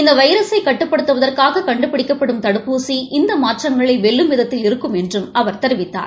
இந்த வைரஸை கட்டுப்படுத்துவதற்காக கண்டுபிடிக்கப்படும் தடுப்பூசி இந்த மாற்றங்களை வெல்லும் விதத்தில் இருக்கும் என்றும் அவர் தெரிவித்தார்